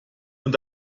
und